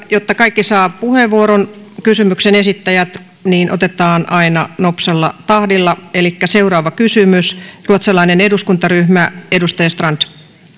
jotta kaikki kysymyksen esittäjät saavat puheenvuoron otetaan aina nopsalla tahdilla seuraava kysymys ruotsalainen eduskuntaryhmä edustaja strand